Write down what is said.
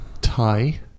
tie